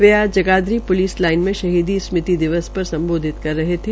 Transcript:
वे आज Jagadhri police line में शहीदी स्मृति दिवस पर सम्बाधित कर रहे थे